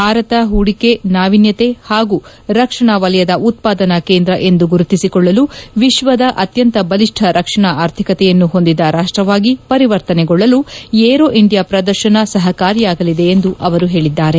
ಭಾರತ ಹೂಡಿಕೆ ನಾವೀನ್ನತೆ ಹಾಗೂ ರಕ್ಷಣಾ ವಲಯದ ಉತ್ಪಾದನಾ ಕೇಂದ್ರ ಎಂದು ಗುರುತಿಸಿಕೊಳ್ಲಲು ವಿಶ್ವದ ಅತ್ಯಂತ ಬಲಿಷ್ಟ ರಕ್ಷಣಾ ಆರ್ಥಿಕತೆಯನ್ನು ಹೊಂದಿದ ರಾಷ್ಲವಾಗಿ ಪರಿವರ್ತನೆಗೊಳ್ಳಲು ಏರೋ ಇಂಡಿಯಾ ಶ್ರದರ್ಶನ ಸಹಕಾರಿಯಾಗಲಿದೆ ಎಂದು ಅವರು ಹೇಳಿದ್ದಾರೆ